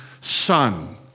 son